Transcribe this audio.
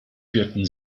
führten